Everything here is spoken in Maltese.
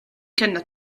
kellna